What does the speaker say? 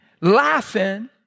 laughing